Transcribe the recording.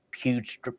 huge